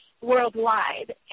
worldwide